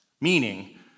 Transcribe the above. meaning